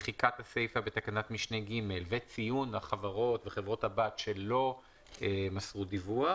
מחיקת הסיפה בתקנת משנה (ג) וציון החברות וחברות הבת שלא מסרו דיווח